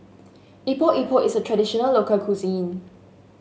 Epok Epok is a traditional local cuisine